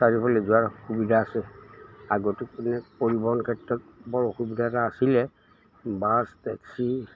চাৰিওফালে যোৱাৰ সুবিধা আছে আগতো এইবিলাক মানে পৰিবহণ ক্ষেত্ৰত বৰ অসুবিধা এটা আছিলে বাছ টেক্সি